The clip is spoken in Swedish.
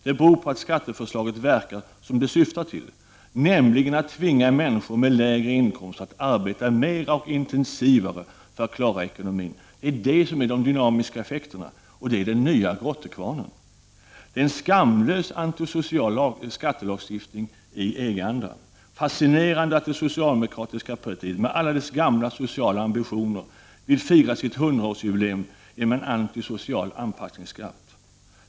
Det beror på att skatteförslaget verkar som det syftar till, nämligen att tvinga människor med lägre inkomster att arbeta mera och intensivare för att klara ekonomin. Det är det som är de dynamiska effekterna. Det är den nya grottekvarnen. Det är en skamlös antisocial skattelagstiftning i EG-anda. Det är fascinerande att det socialdemokratiska partiet med alla dess gamla sociala ambitioner vill fira sitt 100-årsjubileum genom en antisocial anpassningsskatt.